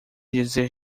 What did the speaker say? dizer